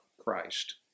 Christ